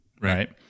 Right